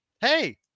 hey